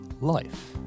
life